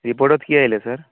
ৰিপৰ্টত কি আহিলে ছাৰ